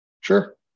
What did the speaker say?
Sure